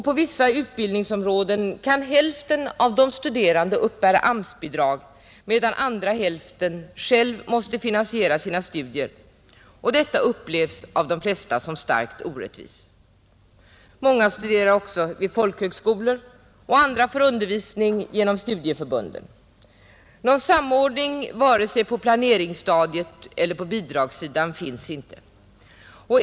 På vissa utbildningsområden kan hälften av de studerande uppbära AMS-bidrag, medan andra hälften själv måste finansiera sina studier. Detta upplevs av de flesta som starkt orättvist. Många studerar också vid folkhögskolor, och andra får undervisning genom studieförbunden. Någon samordning vare sig på planeringsstadiet eller på bidragssidan finns inte.